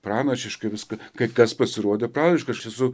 pranašiškai viską kai kas pasirodė pranašiška aš esu